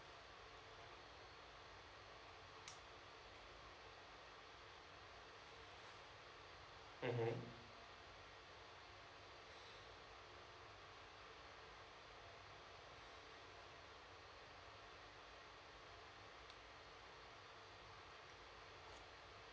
mmhmm